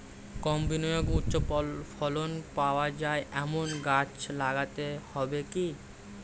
কম বিনিয়োগে উচ্চ ফলন পাওয়া যায় এমন গাছ লাগাতে হবে কি?